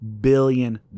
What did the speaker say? billion